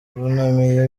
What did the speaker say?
bunamiye